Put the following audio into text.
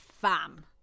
fam